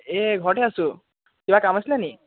এই ঘৰতে আছোঁ কিবা কাম আছিলে নেকি